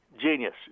Genius